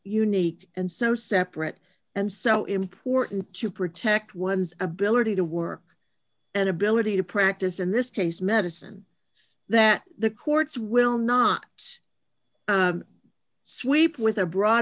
unique and so separate and so important to protect one's ability to work and ability to practice in this case medicine that the courts will not sweep with a broad